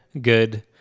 good